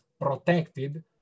protected